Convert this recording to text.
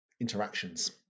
interactions